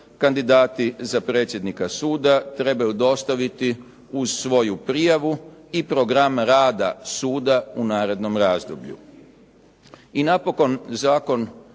Kandidati za predsjednika suda trebaju dostaviti uz svoju prijavu i program rada suda u narednom razdoblju. I napokon, Zakon